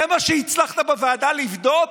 זה מה שהצלחת בוועדה לבדוק?